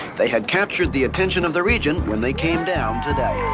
they had captured the attention of the region when they came down today